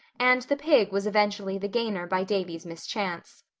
and the pig was eventually the gainer by davy's mischance.